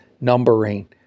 numbering